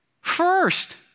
First